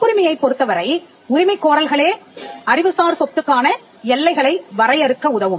காப்புரிமையைப் பொருத்தவரை உரிமைக் கோரல்களே அறிவுசார் சொத்துக்கான எல்லைகளை வரையறுக்க உதவும்